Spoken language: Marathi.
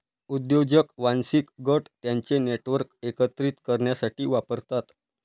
उद्योजक वांशिक गट त्यांचे नेटवर्क एकत्रित करण्यासाठी वापरतात